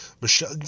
Michelle